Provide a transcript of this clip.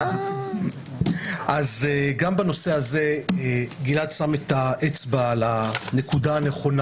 גם בנושא הזה גלעד שם את האצבע על הנקודה הנכונה.